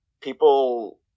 people